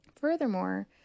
furthermore